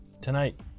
Tonight